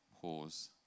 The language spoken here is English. Pause